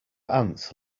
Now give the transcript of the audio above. ants